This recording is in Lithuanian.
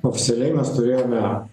oficialiai mes turėjome